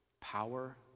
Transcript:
power